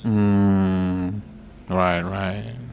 mm mm right right